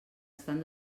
estan